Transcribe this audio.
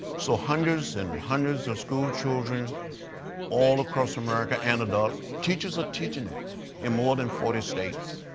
so hundreds and hundreds of school children all across america and adults, teachers are teaching it in more than forty states.